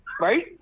right